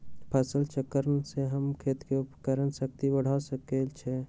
फसल चक्रण से हम खेत के उर्वरक शक्ति बढ़ा सकैछि?